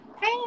hey